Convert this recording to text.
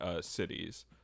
cities